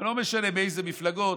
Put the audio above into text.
לא משנה מאיזה מפלגות,